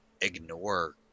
ignore